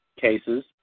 cases